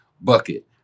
bucket